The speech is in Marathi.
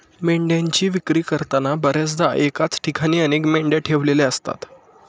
मेंढ्यांची विक्री करताना बर्याचदा एकाच ठिकाणी अनेक मेंढ्या ठेवलेल्या असतात